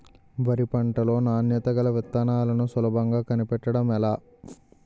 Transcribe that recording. వరి పంట లో నాణ్యత గల విత్తనాలను సులభంగా కనిపెట్టడం ఎలా?